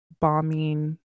bombing